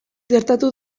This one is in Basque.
gertatu